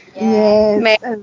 Yes